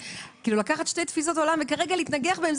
לקחת שתי תפיסות עולם זה לא